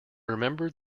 remembered